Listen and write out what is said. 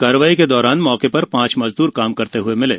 कार्रवाई के दौरान मौके पर पांच मजदूर काम करते हए मिले